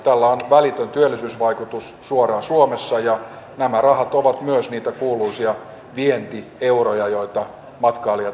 tällä on välitön työllisyysvaikutus suoraan suomessa ja nämä rahat ovat myös niitä kuuluisia vientieuroja joita matkailijat suomeen tuovat